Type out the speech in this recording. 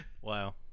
Wow